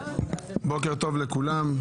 בוקר טוב לכולם.